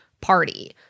party